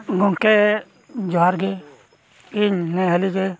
ᱜᱚᱢᱠᱮ ᱡᱚᱦᱟᱨ ᱜᱮ ᱤᱧ ᱱᱮ ᱦᱟᱹᱞᱤᱨᱮ